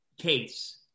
case